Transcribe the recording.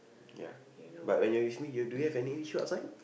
ya but when you're with me you do you have any issue outside